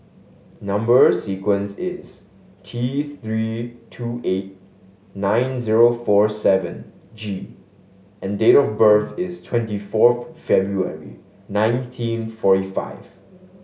number sequence is T Three two eight nine zero four seven G and date of birth is twenty fourth February nineteen forty five